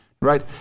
right